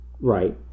Right